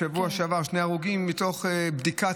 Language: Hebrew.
מאוד כאב לי לראות ששני הרוגים מתוך --- בוא נעשה